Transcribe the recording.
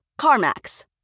CarMax